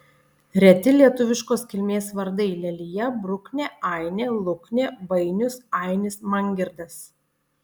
reti lietuviškos kilmės vardai lelija bruknė ainė luknė vainius ainis mangirdas